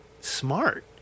smart